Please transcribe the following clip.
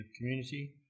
community